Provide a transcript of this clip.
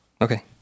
Okay